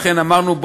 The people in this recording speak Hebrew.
אמרנו,